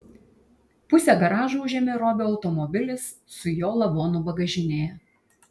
pusę garažo užėmė robio automobilis su jo lavonu bagažinėje